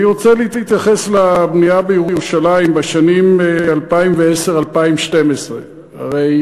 אני רוצה להתייחס לבנייה בירושלים בשנים 2010 2012. הרי